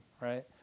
right